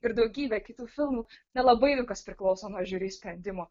ir daugybė kitų filmų nelabai daug kas priklauso nuo žiuri sprendimo